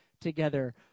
together